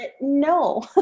no